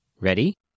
Ready